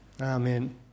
Amen